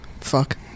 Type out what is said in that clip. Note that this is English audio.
Fuck